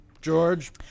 George